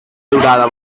durada